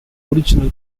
original